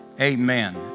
Amen